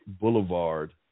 Boulevard